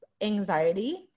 anxiety